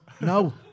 no